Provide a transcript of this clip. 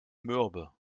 mürbe